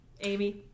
Amy